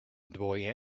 boy